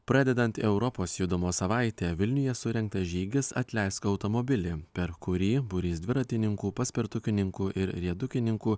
pradedant europos judumo savaitę vilniuje surengtas žygis atleisk automobilį per kurį būrys dviratininkų paspirtukininkų ir riedutininkų